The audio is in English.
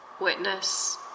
witness